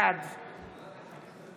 בעד